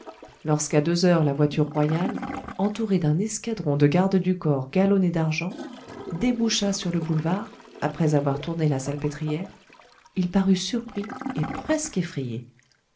lorsqu'à deux heures la voiture royale entourée d'un escadron de gardes du corps galonnés d'argent déboucha sur le boulevard après avoir tourné la salpêtrière il parut surpris et presque effrayé